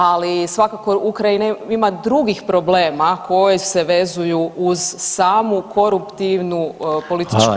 Ali svakako Ukrajina ima drugih problema koji se vezuju uz samu koruptivnu političku praksu.